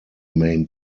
main